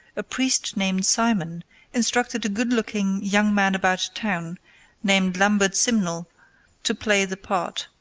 a priest named simon instructed a good-looking young man-about-town named lambert simnel to play the part,